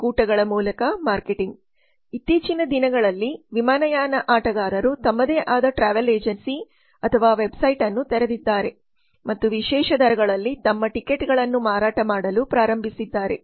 ಒಕ್ಕೂಟಗಳ ಮೂಲಕ ಮಾರ್ಕೆಟಿಂಗ್ ಇತ್ತೀಚಿನ ದಿನಗಳಲ್ಲಿ ವಿಮಾನಯಾನ ಆಟಗಾರರು ತಮ್ಮದೇ ಆದ ಟ್ರಾವೆಲ್ ಏಜೆನ್ಸಿ ಅಥವಾ ವೆಬ್ಸೈಟ್ ಅನ್ನು ತೆರೆದಿದ್ದಾರೆ ಮತ್ತು ವಿಶೇಷ ದರಗಳಲ್ಲಿ ತಮ್ಮ ಟಿಕೆಟ್ಗಳನ್ನು ಮಾರಾಟ ಮಾಡಲು ಪ್ರಾರಂಭಿಸಿದ್ದಾರೆ